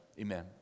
Amen